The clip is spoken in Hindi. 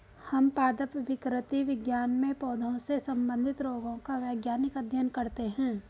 हम पादप विकृति विज्ञान में पौधों से संबंधित रोगों का वैज्ञानिक अध्ययन करते हैं